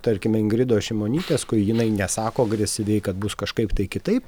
tarkim ingridos šimonytės kur jinai nesako agresyviai kad bus kažkaip kitaip